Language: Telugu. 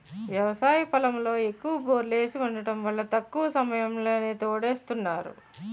వ్యవసాయ పొలంలో ఎక్కువ బోర్లేసి వుండటం వల్ల తక్కువ సమయంలోనే తోడేస్తున్నారు